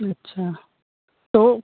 अच्छा तो